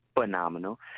phenomenal